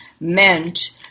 meant